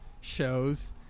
shows